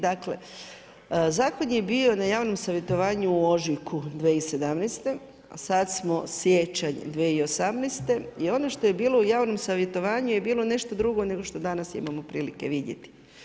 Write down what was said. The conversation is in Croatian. Dakle, zakon je bio na javnom savjetovanju u ožujku 2017. a sad smo siječanj 2018. i ono što je bilo u javnom savjetovanju, je bilo nešto drugo nego što danas imamo prilike vidjeti.